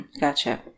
Gotcha